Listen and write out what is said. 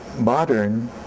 modern